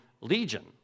legion